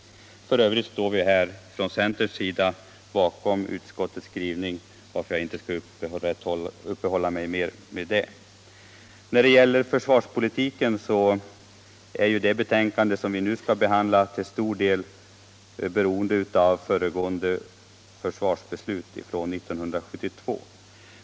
F. ö. står vi här från centerns sida bakom utskottets skrivning, varför jag inte behöver uppehålla mig vid den. Detta betänkande om försvarspolitiken är till stor del beroende av 1972 års försvarsbeslut.